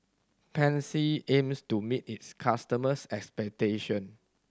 Pansy aims to meet its customers' expectation